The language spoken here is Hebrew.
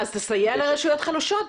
אז תסייע לרשויות חלשות.